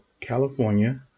California